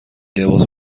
لباس